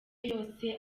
yose